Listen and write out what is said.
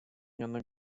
janek